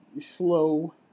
slow